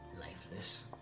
Lifeless